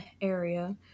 area